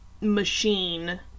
machine